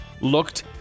looked